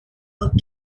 were